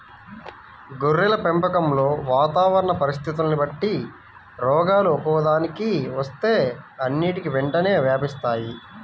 గొర్రెల పెంపకంలో వాతావరణ పరిస్థితులని బట్టి రోగాలు ఒక్కదానికి వస్తే అన్నిటికీ వెంటనే వ్యాపిస్తాయి